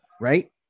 right